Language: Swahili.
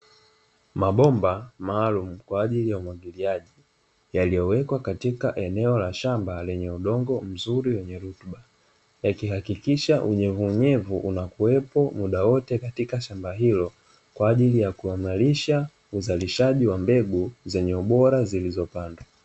Mabomba maalumu kwa ajili ya umwagiliaji yaliyowekwa katika eneo la shamba lenye udongo mzuri wenye rutuba yakihakikisha unyevunyevu unakuwepo muda wote katika shamba hilo kwa ajili ya kurahisisha uzalishaji wa mbegu zenye ubora zilizopandwa.